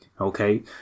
Okay